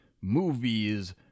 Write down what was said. movies